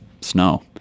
snow